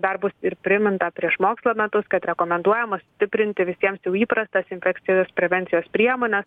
dar bus ir priminta prieš mokslo metus kad rekomenduojama stiprinti visiems jau įprastas infekcijos prevencijos priemones